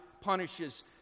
punishes